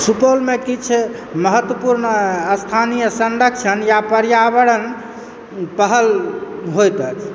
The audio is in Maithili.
सुपौलमऽ किछु महत्वपूर्ण स्थानीय संरक्षण वा पर्यावरण पहल होइत अछि